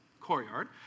courtyard